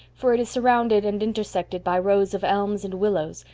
for it is surrounded and intersected by rows of elms and willows,